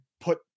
put